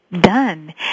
done